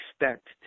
expect